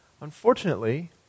Unfortunately